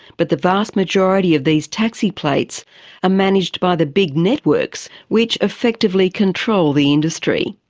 but the vast majority of these taxi plates are managed by the big networks which effectively control the industry.